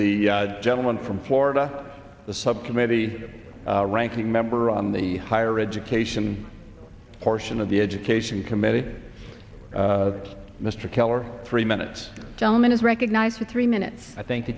the gentleman from florida the subcommittee ranking member on the higher education portion of the education committee mr keller three minutes gentleman is recognized for three minutes i thank the